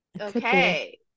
Okay